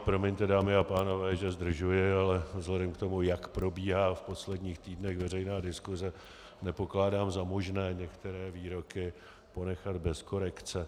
Promiňte, dámy a pánové, že zdržuji, ale vzhledem k tomu, jak probíhá v posledních týdnech veřejná diskuse, nepokládám za možné některé výroky ponechat bez korekce.